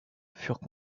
furent